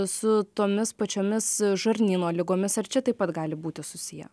su tomis pačiomis žarnyno ligomis ar čia taip pat gali būti susiję